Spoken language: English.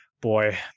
boy